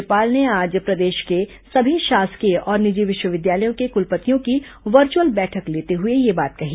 राज्यपाल ने आज प्रदेश के सभी शासकीय और निजी विश्वविद्यालयों की कुलपतियों की वर्चुअल बैठक लेते हुए यह बात कही